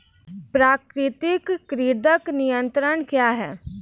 प्राकृतिक कृंतक नियंत्रण क्या है?